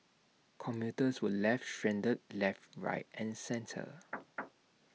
commuters were left stranded left right and centre